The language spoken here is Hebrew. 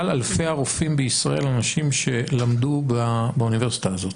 אלפי הרופאים אנשים שלמדו באוניברסיטה הזאת,